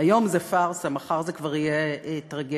היום זה פארסה, מחר זה כבר יהיה טרגדיה,